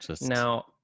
Now